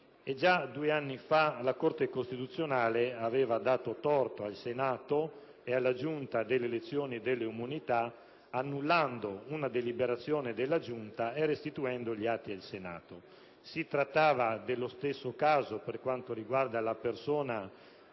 già due anni fa la Corte costituzionale aveva dato torto al Senato e alla Giunta delle elezioni e delle immunità parlamentari, annullando una deliberazione della Giunta e restituendo gli atti al Senato. Si trattava dello stesso caso per quanto riguarda la persona